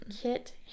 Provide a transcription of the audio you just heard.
Kit